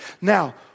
Now